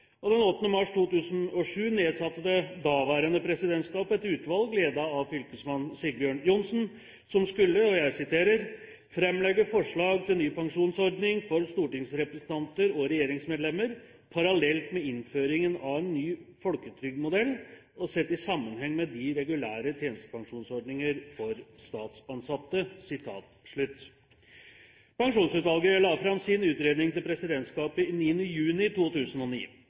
Den 8. mars 2007 nedsatte det daværende presidentskapet et utvalg ledet av fylkesmann Sigbjørn Johnsen som skulle «fremlegge forslag til ny pensjonsordning for stortingsrepresentanter og regjeringsmedlemmer, parallelt med innføringen av en ny folketrygdmodell og sett i sammenheng med de regulære tjenestepensjonsordninger for statsansatte». Pensjonsutvalget la fram sin utredning til presidentskapet 9. juni 2009.